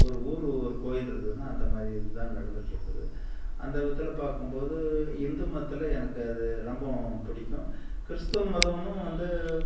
ஒரு ஊர் ஒரு கோயில் இருக்குதுன்னா அந்த மாதிரி இதுதான் நடந்துகிட்ருக்குது அந்த விதத்தில் பார்க்கும்போது இந்து மதத்தில் எனக்கு அது ரொம்ப பிடிக்கும் கிறிஸ்தவ மதமும் வந்து